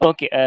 Okay